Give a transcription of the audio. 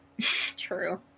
true